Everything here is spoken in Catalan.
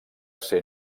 ser